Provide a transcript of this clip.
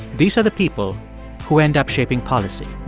these are the people who end up shaping policy